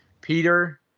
Peter